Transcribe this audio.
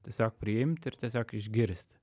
tiesiog priimti ir tiesiog išgirst